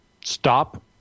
stop